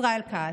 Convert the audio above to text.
ישראל כץ,